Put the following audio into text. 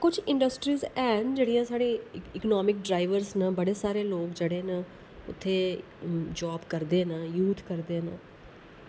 कुछ इंडस्ट्रीज हैन जेह्ड़ियां साढ़े इक्नामिक ड्राईवर्स न बड़े सारे लोक जेह्ड़े न उत्थे जाब करदे न यूथ करदे न